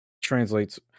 Translates